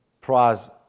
prize